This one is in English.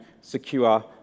secure